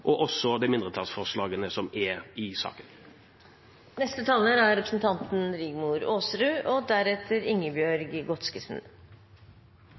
og også de mindretallsforslagene som er i saken.